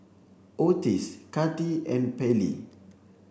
Ottis Kati and Pallie